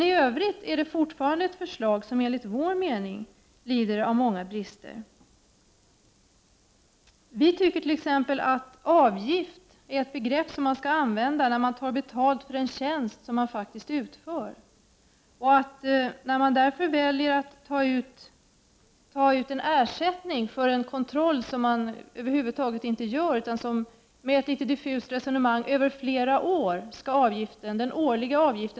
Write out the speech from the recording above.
I övrigt är det fortfarande ett förslag som enligt vår mening lider av många brister. Vpk anser t.ex. att avgif tt begrepp man skall använda när man tar betalt för en tjänst som mai, tör. När man därför väljer att mec ett litet diffust resonemang om att den a: "ga a — "en skall motsvaras av en faktiskt tillsyn över flera år väljer ait ta utt.